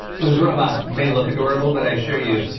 those robots may look adorable, but i assure you,